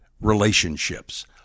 relationships